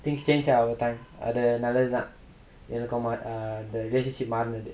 things change all the time அது நல்லது தான் எனக்குமா அந்த:athu nallathu thaan enakkuma antha relationship மாறுனது:maarunathu